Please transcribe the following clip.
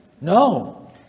No